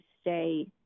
stay